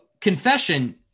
confession